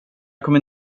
kommer